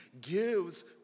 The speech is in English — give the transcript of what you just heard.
gives